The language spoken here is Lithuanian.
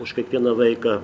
už kiekvieną vaiką